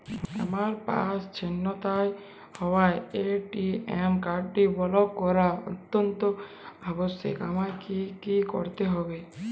আমার পার্স ছিনতাই হওয়ায় এ.টি.এম কার্ডটি ব্লক করা অত্যন্ত আবশ্যিক আমায় কী কী করতে হবে?